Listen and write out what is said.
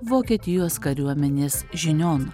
vokietijos kariuomenės žinion